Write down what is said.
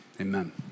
amen